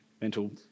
mental